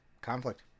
conflict